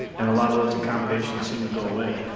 and a lot of those accommodations seem to go away.